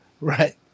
Right